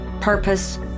purpose